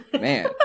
Man